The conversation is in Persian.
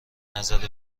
نظر